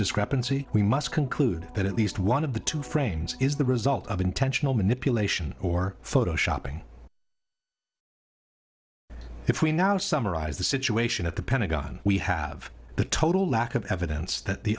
discrepancy we must conclude that at least one of the two frames is the result of intentional manipulation or photoshopping if we now summarize the situation at the pentagon we have the total lack of evidence that the